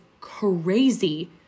crazy